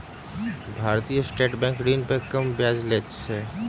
भारतीय state bank ऋण पर कम ब्याज लैत अछि